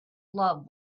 love